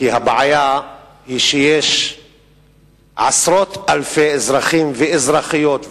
כי הבעיה היא שיש עשרות אלפי אזרחים ואזרחיות,